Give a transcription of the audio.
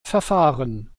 verfahren